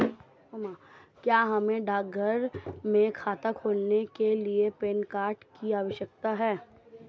क्या हमें डाकघर में खाता खोलने के लिए पैन कार्ड की आवश्यकता है?